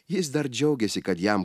jis dar džiaugėsi kad jam